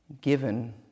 given